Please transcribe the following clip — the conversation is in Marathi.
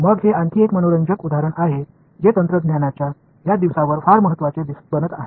मग हे आणखी एक मनोरंजक उदाहरण आहे जे तंत्रज्ञानाच्या ह्या दिवसात फार महत्वाचे बनत आहे